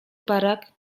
barak